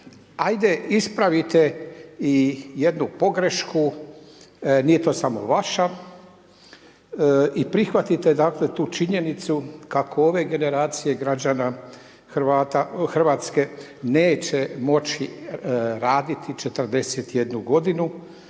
ajde ispravite jednu pogrešku nije to samo vaša i prihvatiti dakle, tu činjenicu, kako ove generacije Hrvatske, neće doći raditi 41 g.